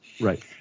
right